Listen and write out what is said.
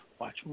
watch